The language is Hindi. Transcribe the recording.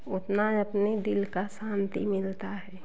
उतनी अपने दिल को शांति मिलती है